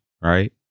right